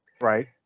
Right